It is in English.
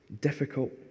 difficult